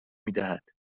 میدهد